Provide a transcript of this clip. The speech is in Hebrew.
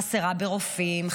חסרה ברופאים,